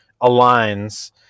aligns